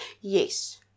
Yes